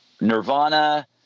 Nirvana